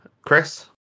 Chris